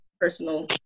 personal